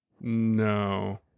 No